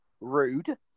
rude